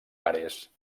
ares